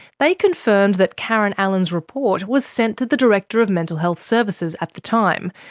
they confirmed that karen allen's report was sent to the director of mental health services at the time,